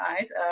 eyes